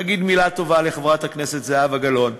להגיד מילה טובה לחברת הכנסת זהבה גלאון,